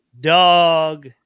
dog